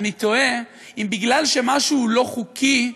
ואני תוהה אם בגלל שמשהו לא חוקי,